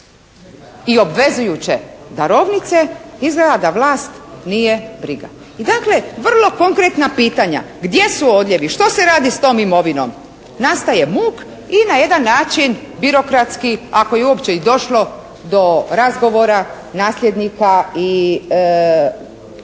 i obvezujuće darovnice izgleda da vlast nije briga. I dakle vrlo konkretna pitanja, gdje su odljevi, što se radi s tom imovinom, nastaje muk i na jedan način birokratski ako je uopće i došlo do razgovora nasljednika i